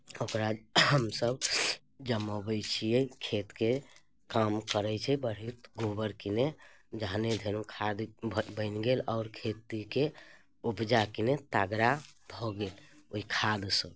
ओकरा हमसभ जमयबै छियै खेतके काम करै छै बहुत गोबर किने जखने देलहुँ खाद भऽ बनि गेल आओर खेतीके उपजा किने तगड़ा भऽ गेल ओहि खादसँ